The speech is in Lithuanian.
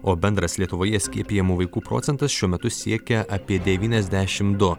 o bendras lietuvoje skiepijamų vaikų procentas šiuo metu siekia apie devyniasdešim du